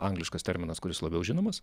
angliškas terminas kuris labiau žinomas